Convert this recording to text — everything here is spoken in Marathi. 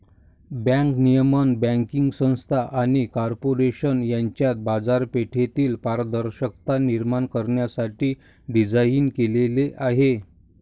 बँक नियमन बँकिंग संस्था आणि कॉर्पोरेशन यांच्यात बाजारपेठेतील पारदर्शकता निर्माण करण्यासाठी डिझाइन केलेले आहे